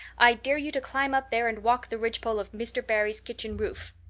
i dare you to climb up there and walk the ridgepole of mr. barry's kitchen roof.